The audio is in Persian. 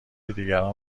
دیگران